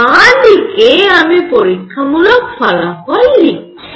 বাঁ দিকে আমি পরীক্ষামূলক ফলাফল লিখছি